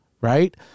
Right